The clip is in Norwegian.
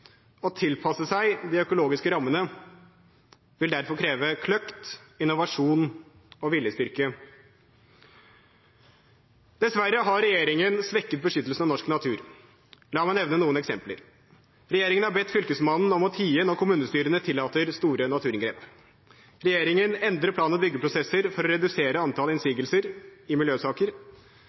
Å tilpasse seg de økologiske rammene vil derfor kreve kløkt, innovasjon og viljestyrke. Dessverre har regjeringen svekket beskyttelsen av norsk natur, og la meg nevne noen eksempler: Regjeringen har bedt fylkesmannen om å tie når kommunestyrene tillater store naturinngrep. Regjeringen endrer plan- og byggeprosesser for å redusere antall innsigelser i miljøsaker.